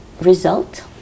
result